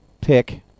pick